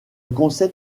concept